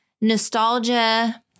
Nostalgia